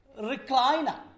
recliner